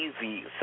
easy